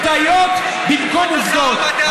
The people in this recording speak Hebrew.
בדיות במקום עובדות.